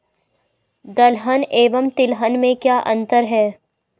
दलहन एवं तिलहन में क्या अंतर है?